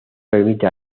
permite